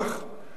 ישראל בר,